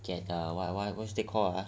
get err why whats they call ah